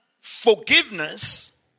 forgiveness